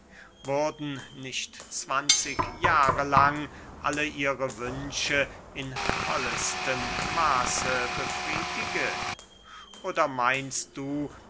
wurden nicht zwanzig jahre lang alle ihre wünsche in vollestem maße befriedigst oder meinst du